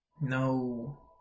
no